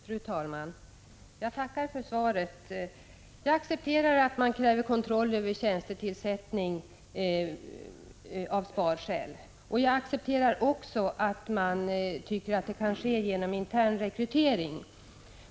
Fru talman! Jag tackar för svaret. Jag accepterar att man kräver kontroll över tjänstetillsättningar av besparingsskäl, och jag accepterar också att man tycker att en tjänstetillsättning kan ske genom internrekrytering.